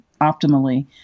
optimally